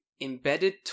embedded